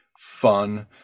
Fun